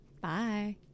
Bye